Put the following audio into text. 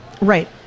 Right